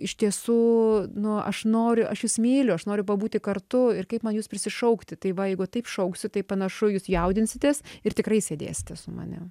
iš tiesų nu aš noriu aš jus myliu aš noriu pabūti kartu ir kaip man jus prisišaukti tai va jeigu taip šauksiu tai panašu jūs jaudinsitės ir tikrai sėdėsite su manim